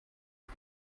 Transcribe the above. ich